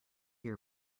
your